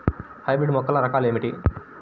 Hybrid మొక్కల రకాలు ఏమిటి?